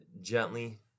gently